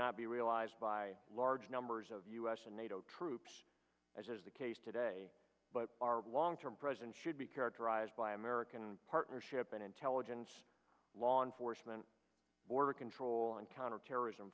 not be realized by large numbers of u s and nato troops as is the case today but our long term presence should be characterized by american partnership in intelligence law enforcement border control and counterterrorism